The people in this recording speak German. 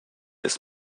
ist